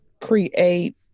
create